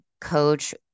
coach